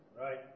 Right